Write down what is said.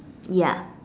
ya